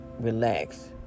relax